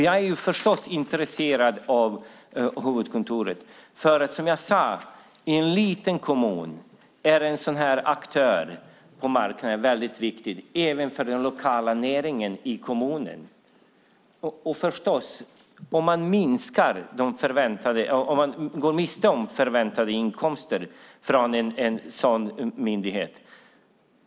Jag är intresserad av huvudkontoret eftersom en sådan aktör på marknaden väldigt viktig i en liten kommun och även för den lokala näringen i kommunen. Jag är förstås engagerad i frågan om man går miste om förväntade inkomster från en sådan myndighet.